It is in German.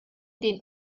den